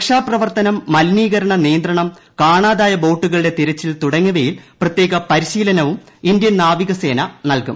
രക്ഷാപ്രവർത്തനം മലീനികരണ നിയന്ത്രണം കാണാതായ ബോട്ടുകളുടെ തിരച്ചിൽ തുട്ടങ്ങിയവയിൽ പ്രത്യേക പരിശീലനവും ഇന്ത്യൻ നാവിക സേന ന്യൽകും